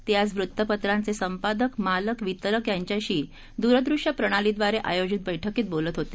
ते आज वृत्तपत्रांचे संपादक मालक वितरक यांच्याशी दुरदृश्य प्रणालीद्वारे आयोजित बैठकीत बोलत होते